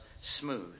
Smooth